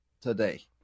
today